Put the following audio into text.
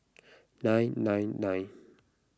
nine nine nine